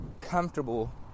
comfortable